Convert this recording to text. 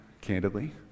candidly